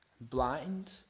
blind